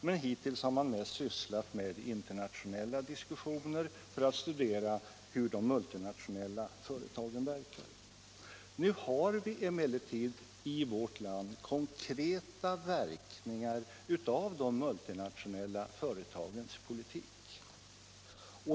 Men hittills har man mest sysslat med internationella diskussioner för att studera hur de multinationella företagen verkar. Nu har vi emellertid i vårt land konkreta verkningar av de multinationella företagens politik.